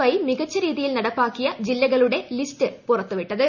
Y മിക്ച്ച് രീതിയിൽ നടപ്പാക്കിയ ജില്ലകളുടെ ലിസ്റ്റ് പുറത്തു വിട്ടത്